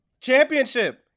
Championship